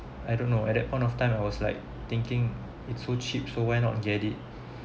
I don't know at that point of time I was like thinking it's so cheap so why not get it